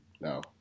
No